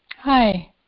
Hi